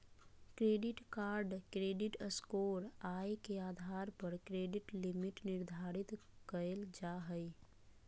credit card credit score, आय के आधार पर क्रेडिट लिमिट निर्धारित कयल जा हइ